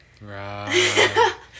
Right